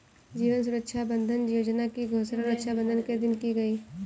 जीवन सुरक्षा बंधन योजना की घोषणा रक्षाबंधन के दिन की गई